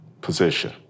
position